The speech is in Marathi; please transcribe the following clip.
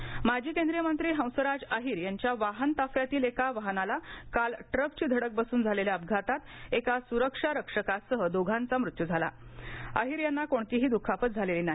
अपघात माजी केंद्रीय मंत्री हंसराज अहीर यांच्या वाहन ताफ्यातील एका वाहनाला काल ट्रकची धडक बसून झालखा अपघातात एका सुरक्षा रक्षकासह दोघांचा मृत्यू झाला अहीर यांना कोणतीही दुखापत झालछी नाही